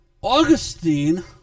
Augustine